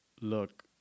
look